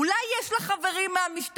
אולי יש לך חברים מהמשטרה?